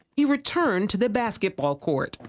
he returned to the basketball court.